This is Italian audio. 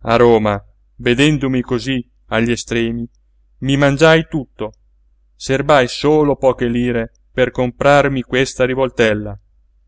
a roma vedendomi cosí agli estremi mi mangiai tutto serbai solo poche lire per comperarmi questa rivoltella